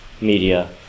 media